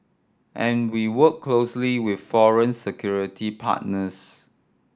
and we work closely with foreign security partners